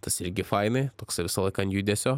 tas irgi fainai toksai visą laiką an judesio